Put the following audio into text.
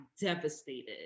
devastated